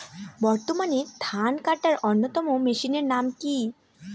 বর্তমানে ধান কাটার অন্যতম মেশিনের নাম কি?